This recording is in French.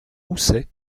housset